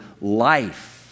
life